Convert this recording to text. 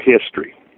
history